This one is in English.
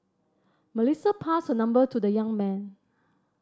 Melissa passed her number to the young man